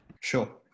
Sure